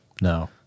No